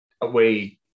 away